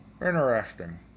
Interesting